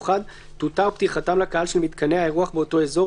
תותר פתיחתם לקהל של מיתקני האירוח באותו אזור,